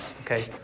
okay